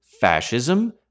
fascism